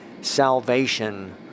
salvation